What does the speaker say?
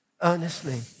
Earnestly